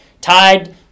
tied